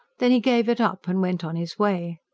then he gave it up, and went on his way.